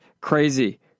crazy